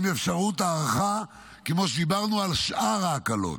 עם אפשרות הארכה, כמו שדיברנו על שאר ההקלות.